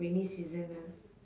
rainy season ah